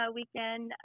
weekend